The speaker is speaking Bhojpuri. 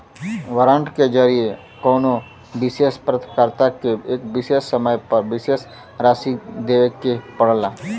वारंट के जरिये कउनो विशेष प्राप्तकर्ता के एक विशेष समय पर विशेष राशि देवे के पड़ला